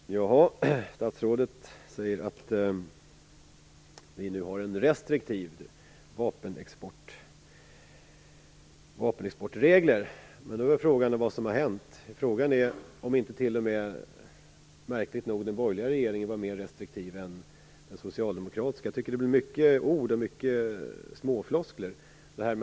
Herr talman! Statsrådet säger att vi har restriktiva vapenexportregler. Men frågan är om inte t.o.m. den borgerliga regeringen, märkligt nog, var mer restriktiv än den socialdemokratiska. Jag tycker att det blev mycket ord och många småfloskler här.